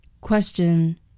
Question